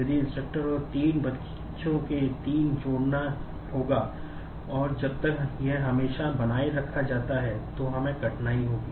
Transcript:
यदि instructor और तीन बच्चों को तीन जोड़ना होगा और जब तक यह हमेशा बनाए रखा जाता है तो हमें कठिनाई होगी